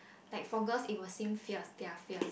like for girls it will seem fierce they're fierce